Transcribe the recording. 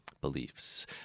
beliefs